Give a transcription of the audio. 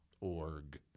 Org